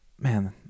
man